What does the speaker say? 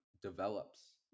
develops